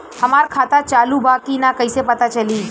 हमार खाता चालू बा कि ना कैसे पता चली?